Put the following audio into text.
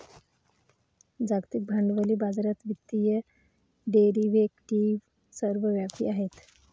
जागतिक भांडवली बाजारात वित्तीय डेरिव्हेटिव्ह सर्वव्यापी आहेत